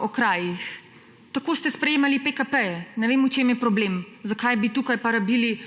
okrajih. Tako ste sprejemali PKP! Ne vem, v čem je problem. Zakaj bi pa tukaj rabili